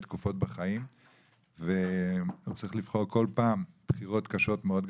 תקופות בחיים וצריך לבחור כל פעם בחירות קשות מאוד,